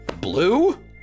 Blue